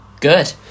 good